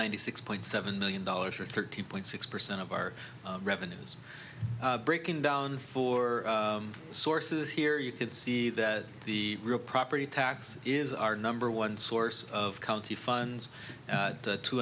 ninety six point seven million dollars or thirteen point six percent of our revenues breaking down for sources here you can see that the real property tax is our number one source of county funds